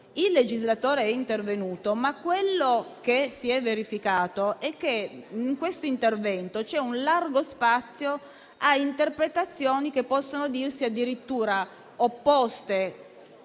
il legislatore è intervenuto, ma si è verificato in questo intervento un largo spazio a interpretazioni che possono dirsi addirittura opposte,